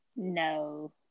No